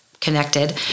connected